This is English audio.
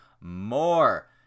more